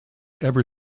ever